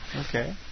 Okay